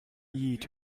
eat